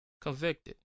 convicted